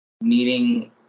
meeting